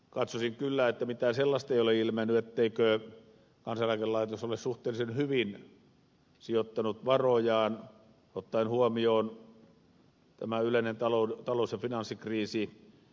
katsoisin kyllä että mitään sellaista ei ole ilmennyt etteikö kansaneläkelaitos ole suhteellisen hyvin sijoittanut varojaan ottaen huomioon tämän yleisen talous ja finanssikriisin